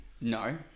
No